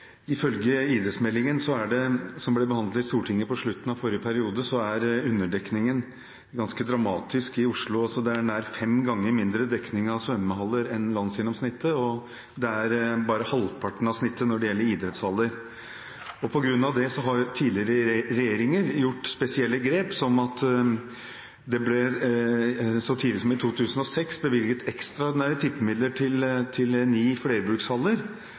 Ifølge idrettsmeldingen som ble behandlet i Stortinget på slutten av forrige periode, er underdekningen ganske dramatisk i Oslo. Det er nær fem ganger mindre dekning av svømmehaller enn landsgjennomsnittet, og det er bare halvparten av snittet når det gjelder idrettshaller. På grunn av det har tidligere regjeringer gjort spesielle grep, som at det så tidlig som i 2006 ble bevilget ekstraordinære tippemidler til ni flerbrukshaller.